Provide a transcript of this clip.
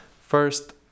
first